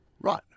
Right